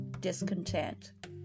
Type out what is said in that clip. discontent